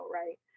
right